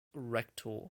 rector